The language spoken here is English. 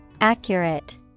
Accurate